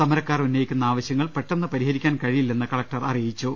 സമരക്കാർ ഉന്നയിക്കുന്ന ആവശ്യങ്ങൾ പെട്ടെന്ന് പരിഹരിക്കാൻ കഴിയില്ലെന്ന് കളക്ടർ അറിയിച്ചു